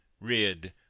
rid